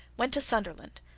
went to sunderland,